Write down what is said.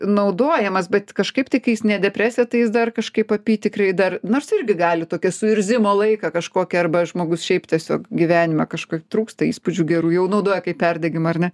naudojamas bet kažkaip tai kai jis ne depresija tai jis dar kažkaip apytikriai dar nors irgi gali tokį suirzimo laiką kažkokį arba žmogus šiaip tiesiog gyvenime kažko trūksta įspūdžių gerų jau naudoja kaip perdegimą ar ne